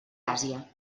àsia